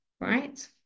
right